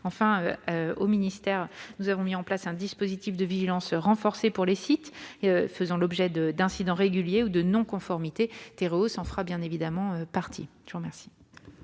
Enfin, le ministère a mis en place un dispositif de vigilance renforcée pour les sites faisant l'objet d'incidents réguliers ou de non-conformité. Tereos en fera bien évidemment partie. La parole